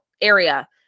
area